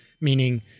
Meaning